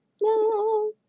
no